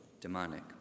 demonic